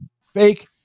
fake